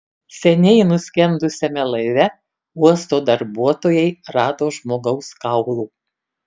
seniai nuskendusiame laive uosto darbuotojai rado žmogaus kaulų